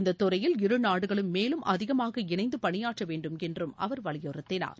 இந்தத் துறையில் இரு நாடுகளும் மேலும் அதிகமாக இணைந்து பணியாற்ற வேண்டும் என்று அவர் வலியுறுத்தினார்